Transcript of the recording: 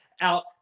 out